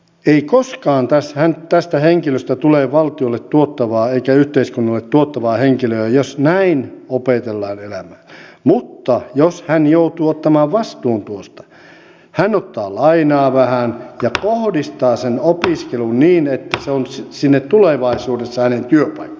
ei koskaan tästä henkilöstä tule valtiolle tuottavaa eikä yhteiskunnalle tuottavaa henkilöä jos näin opetellaan elämään mutta jos hän joutuu ottamaan vastuun tuosta hän ottaa lainaa vähän ja kohdistaa sen opiskelun niin että siellä tulevaisuudessa on hänellä työpaikka